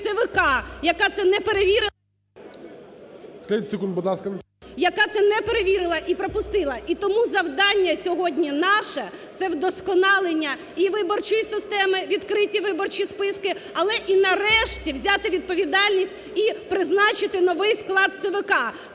яка це не перевірила і пропустила. І тому завдання сьогодні наше – це і вдосконалення і виборчої системи, відкриті виборчі списки, але і нарешті взяти відповідальність і призначити новий склад ЦВК,